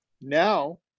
now